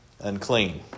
unclean